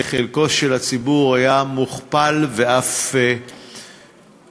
חלקו של הציבור היה מוכפל ואף משולש.